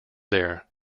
there